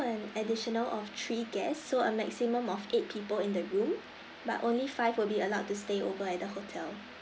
an additional of three guests so a maximum of eight people in the room but only five will be allowed to stay over at the hotel